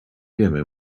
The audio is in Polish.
wiemy